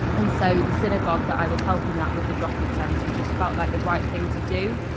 and so the synagogue that i was helping out with the drop-in centre just felt like the right thing to do.